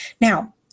Now